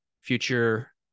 future